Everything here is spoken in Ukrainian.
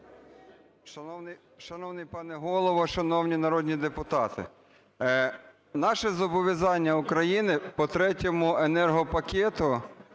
Шановний пане Голово, шановні народні депутати, наші зобов'язання України по Третьому енергопакету